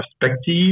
perspective